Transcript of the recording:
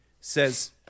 says